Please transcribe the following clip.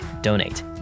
donate